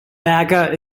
berger